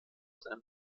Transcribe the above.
seinem